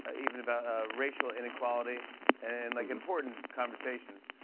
ah even about ah racial inequality and, like, important conversations.